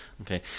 okay